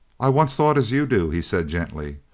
i once thought as you do, he said, gently,